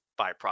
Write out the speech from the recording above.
byproduct